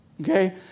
Okay